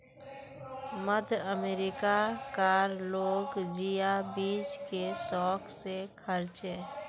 मध्य अमेरिका कार लोग जिया बीज के शौक से खार्चे